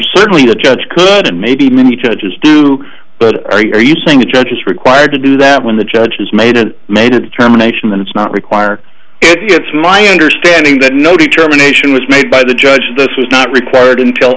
certainly the judge could maybe many judges do but are you saying a judge is required to do that when the judge has made a made a determination that it's not required it's my understanding that no determination was made by the judge that's not required until